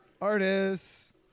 Artists